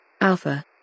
Alpha